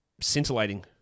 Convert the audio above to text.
Scintillating